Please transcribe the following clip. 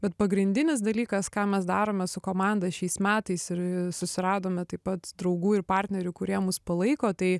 bet pagrindinis dalykas ką mes darome su komanda šiais metais ir susiradome taip pat draugų ir partnerių kurie mus palaiko tai